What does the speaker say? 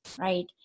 Right